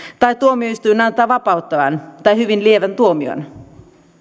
tai tuomioistuin antaa vapauttavan tai hyvin lievän tuomion